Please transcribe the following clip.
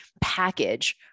package